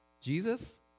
Jesus